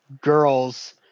girls